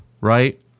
right